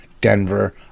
Denver